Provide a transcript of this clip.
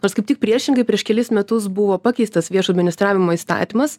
nors kaip tik priešingai prieš kelis metus buvo pakeistas viešo administravimo įstatymas